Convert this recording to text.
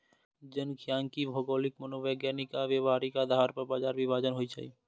जनखांख्यिकी भौगोलिक, मनोवैज्ञानिक आ व्यावहारिक आधार पर बाजार विभाजन होइ छै